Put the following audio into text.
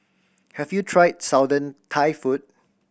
have you tried Southern Thai food